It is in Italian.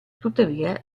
tuttavia